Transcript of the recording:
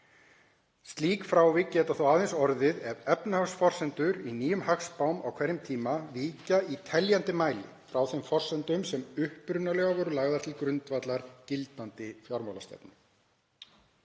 Slík frávik geta þó aðeins orðið ef efnahagsforsendur í nýjum hagspám á hverjum tíma víkja í teljandi mæli frá þeim forsendum sem upphaflega voru lagðar til grundvallar gildandi fjármálastefnu.